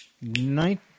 Nine